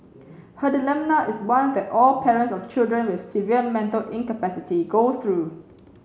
her dilemma is one that all parents of children with severe mental incapacity go through